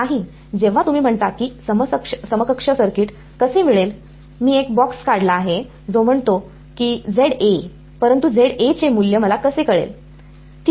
नाही जेव्हा तुम्ही म्हणता की समकक्ष सर्किट कसे मिळेल मी एक बॉक्स काढला आहे जो म्हणतो की परंतु चे मूल्य मला कसे कळेल